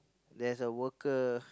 there's a worker